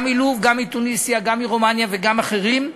גם מלוב, גם מתוניסיה, גם מרומניה וגם אחרים,